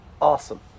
awesome